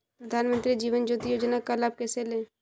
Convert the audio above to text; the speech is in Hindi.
प्रधानमंत्री जीवन ज्योति योजना का लाभ कैसे लें?